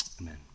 amen